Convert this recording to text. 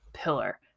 pillar